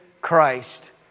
Christ